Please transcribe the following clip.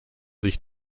sich